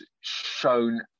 shown